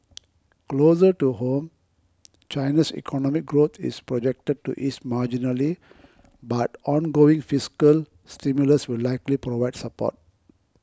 closer to home China's economic growth is projected to ease marginally but ongoing fiscal stimulus will likely provide support